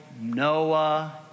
Noah